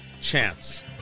chance